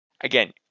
Again